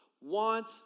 Want